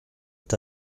est